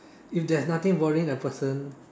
if there's nothing bothering the person